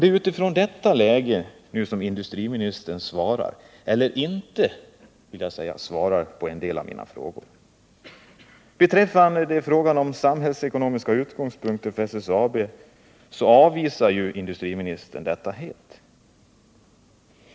Det är mot bakgrunden av detta läge som industriministern nu svarar eller —- skulle jag vilja säga när det gäller en del av mina frågor — inte svarar. Tanken på samhällsekonomiska bedömningar för SSAB avvisar industriministern helt.